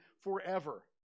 forever